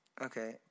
Okay